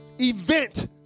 event